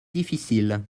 difficile